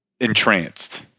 entranced